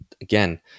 again